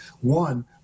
One